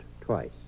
twice